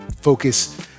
focus